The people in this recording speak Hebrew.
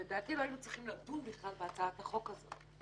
לדעתי לא היינו צריכים לדון בכלל בהצעת החוק הזאת.